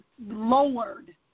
lowered